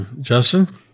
Justin